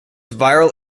viral